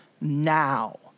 now